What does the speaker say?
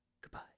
Goodbye